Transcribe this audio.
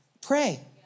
Pray